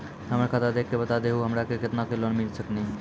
हमरा खाता देख के बता देहु हमरा के केतना के लोन मिल सकनी?